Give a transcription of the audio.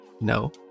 No